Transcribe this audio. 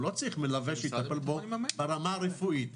הוא לא צריך מלווה שיטפל בו ברמה הרפואית.